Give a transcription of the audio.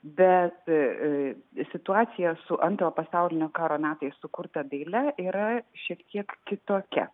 bet ir situacija su antrojo pasaulinio karo metais sukurta daile yra šiek tiek kitokia